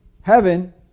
Heaven